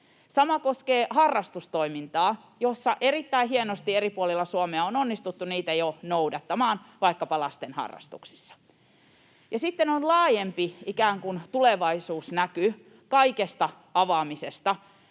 Sama koskee harrastustoimintaa, jossa erittäin hienosti eri puolilla Suomea on onnistuttu niitä jo noudattamaan vaikkapa lasten harrastuksissa. Ja sitten on laajempi ikään kuin tulevaisuusnäky kaikesta avaamisesta,